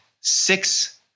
six